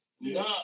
no